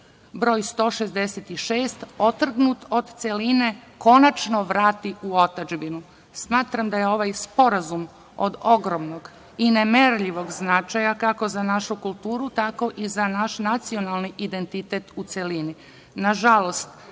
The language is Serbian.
broj 166, otrgnut od celine, konačno vrati u otadžbinu. Smatram da je ovaj sporazum od ogromnog i nemerljivog značaja, kako za našu kulturu, tako i za naš nacionalni identitet u celini.